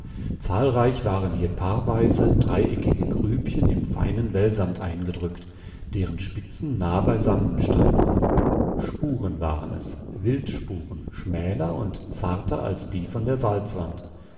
zahlreich waren hier paarweise dreieckige grübchen im feinen wellsand eingedrückt deren spitzen nah beisammenstanden spuren waren es wildspuren schmäler und zarter als die von der salzwand